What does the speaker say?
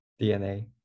DNA